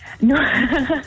No